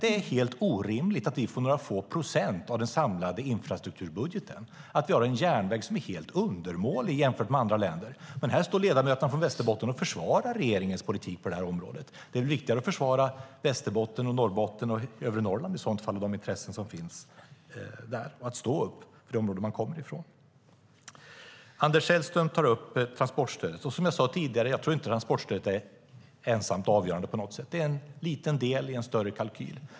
Det är helt orimligt att vi får några få procent av den samlade infrastrukturbudgeten. Vi har ju en järnväg som är helt undermålig jämfört med andra länder. Men här står ledamöterna från Västerbotten och försvarar regeringens politik på det området. Det är väl i så fall viktigare att de försvarar Västerbotten, Norrbotten och övre Norrland och de intressen som finns där och att de står upp för de områden de kommer från? Anders Sellström tar upp transportstödet. Som jag sade tidigare: Jag tror inte att transportstödet är ensamt avgörande på något sätt, utan det är en liten del i en större kalkyl.